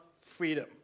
freedom